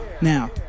Now